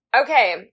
Okay